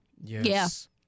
Yes